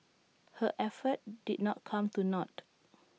her efforts did not come to naught